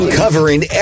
covering